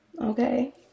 Okay